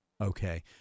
Okay